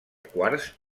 quars